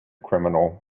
criminal